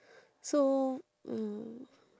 so mm